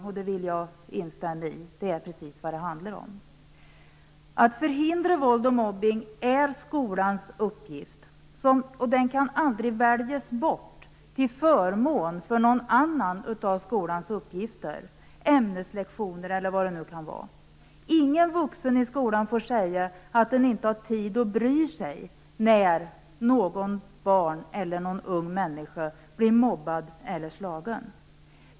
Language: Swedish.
Det instämmer jag i, för det är precis vad det handlar om. Att förhindra våld och mobbning är skolans uppgift, och den uppgiften kan aldrig väljas bort till förmån för någon annan av skolans uppgifter - ämneslektioner eller vad det kan vara. Ingen vuxen i skolan får säga att han eller hon inte har tid att bry sig när ett barn eller en ung människa blir mobbad eller slagen.